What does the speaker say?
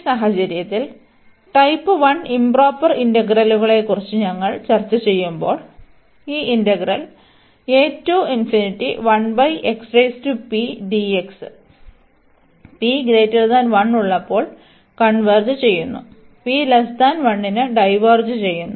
ഈ സാഹചര്യത്തിൽ type 1 improper ഇന്റഗ്രലുകളെക്കുറിച്ച് ഞങ്ങൾ ചർച്ച ചെയ്യുമ്പോൾ ഈ ഇന്റഗ്രൽ p 1 ഉള്ളപ്പോൾ കൺവെർജ് ചെയ്യുന്നു p≤1 ന് ഡൈവേർജ് ചെയ്യുന്നു